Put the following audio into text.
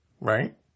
Right